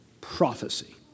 prophecy